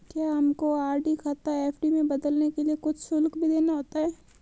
क्या हमको आर.डी खाता एफ.डी में बदलने के लिए कुछ शुल्क भी देना होता है?